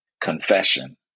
confession